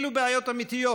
אלו בעיות אמיתיות,